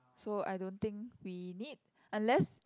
so I don't think we need unless